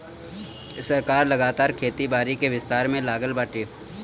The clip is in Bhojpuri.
सरकार लगातार खेती बारी के विस्तार में लागल बाटे